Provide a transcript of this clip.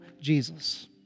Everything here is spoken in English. Jesus